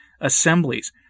assemblies